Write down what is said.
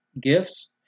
gifts